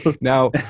Now